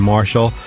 Marshall